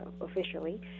officially